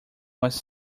was